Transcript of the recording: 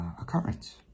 occurrence